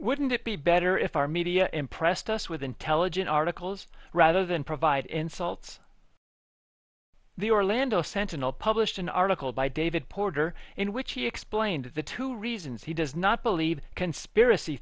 wouldn't it be better if our media impressed us with intelligent articles rather than provide insults the orlando sentinel published an article by david porter in which he explained the two reasons he does not believe conspiracy